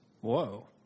Whoa